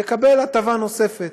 יקבל הטבה נוספת,